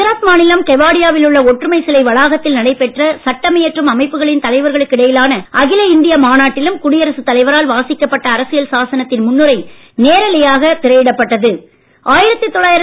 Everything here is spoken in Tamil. குஜராத் மாநிலம் கெவாடியாவில் உள்ள ஒற்றுமை சிலை வளாகத்தில் நடைபெற்ற சட்டமியற்றும் அமைப்புகளின் தலைவர்களுக்கு இடையிலான அகில இந்திய மாநாட்டிலும் குடியரசுத் தலைவரால் வாசிக்கப்பட்ட அரசியல் சாசனத்தின் முன்னுரை நேரலையாக திரையிடப்பட்டது